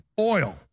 oil